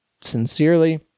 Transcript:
sincerely